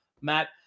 Matt